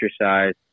exercise